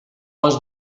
les